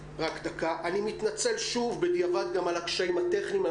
אני שוב מתנצל בדיעבד גם על הקשיים הטכניים.